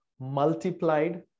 multiplied